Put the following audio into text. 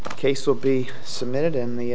the case will be submitted in the